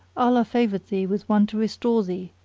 allah favoured thee with one to restore thee,